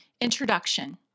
Introduction